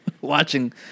watching